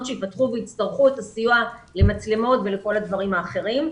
שייפתחו ויצטרכו את הסיוע למצלמות ולכל הדברים האחרים.